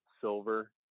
silver